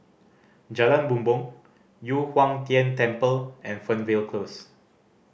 Jalan Bumbong Yu Huang Tian Temple and Fernvale Close